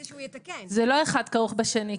זה לא כרוך אחד בשני.